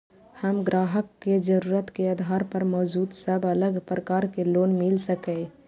हम ग्राहक के जरुरत के आधार पर मौजूद सब अलग प्रकार के लोन मिल सकये?